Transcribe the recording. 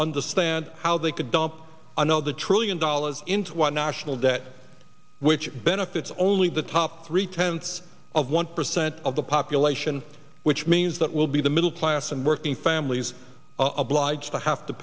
to and how they could dump on all the trillion dollars in one national debt which benefits only the top three tenths of one percent of the population which means that will be the middle class and working families obliged to have to